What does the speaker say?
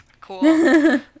cool